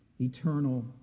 eternal